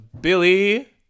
Billy